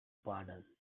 pardon